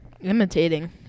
imitating